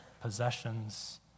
possessions